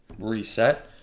reset